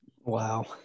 Wow